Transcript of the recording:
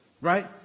Right